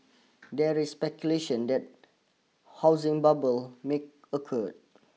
there is speculation that housing bubble may occur